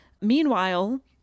Meanwhile